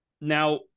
Now